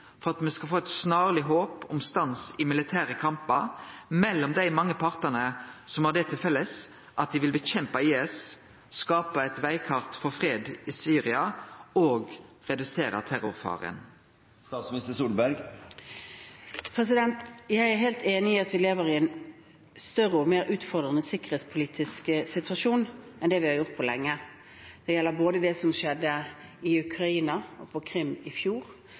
for at me skal få eit snarleg håp om stans i militære kampar mellom dei mange partane som har det til felles at dei vil nedkjempe, skape eit vegkart for fred i Syria og redusere terrorfaren? Jeg er helt enig i at vi har en større og mer utfordrende sikkerhetspolitisk situasjon enn det vi har hatt på lenge. Det gjelder både det som skjedde i Ukraina og på Krim i fjor,